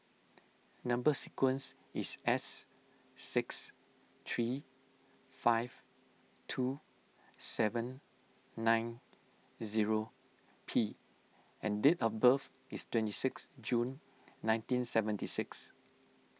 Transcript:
Number Sequence is S six three five two seven nine zero P and date of birth is twenty six June nineteen seventy six